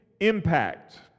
impact